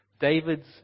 David's